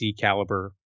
caliber